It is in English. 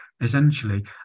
essentially